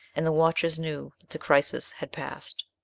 and the watchers knew that the crisis had passed.